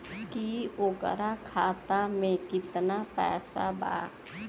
की ओकरा खाता मे कितना पैसा बा?